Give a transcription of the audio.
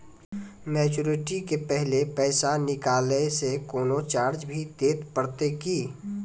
Maturity के पहले पैसा निकालै से कोनो चार्ज भी देत परतै की?